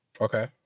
Okay